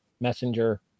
Messenger